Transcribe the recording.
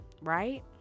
right